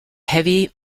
heavy